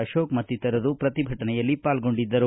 ಅಶೋಕ್ ಮತ್ತಿತರರು ಪ್ರತಿಭಟನೆಯಲ್ಲಿ ಪಾಲ್ಗೊಂಡಿದ್ದರು